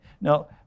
Now